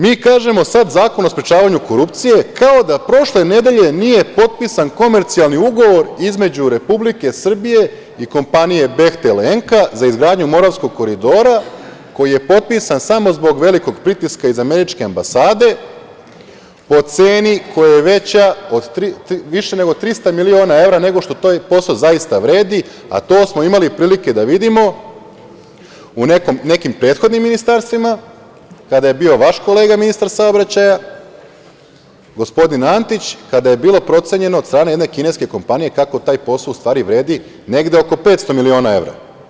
Mi kažemo sad Zakon o sprečavanju korupcije kao da prošle nedelje nije potpisan komercijalni ugovor između Republike Srbije i kompanije „Behtel-Enka“ za izgradnju Moravskog koridora koji je potpisan samo zbog velikog pritiska iz američke ambasade po ceni koja je viša za 300 miliona evra nego što taj posao zaista vredi, a to smo imali prilike da vidimo u nekim prethodnim ministarstvima kada je bio vaš kolega ministar saobraćaja, gospodin Antić, kada je bilo procenjeno od strane jedne kineske kompanije kako taj posao u stvari vredi negde oko 500 miliona evra.